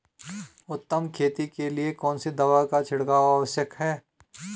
उत्तम खेती के लिए कौन सी दवा का छिड़काव आवश्यक है?